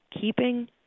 keeping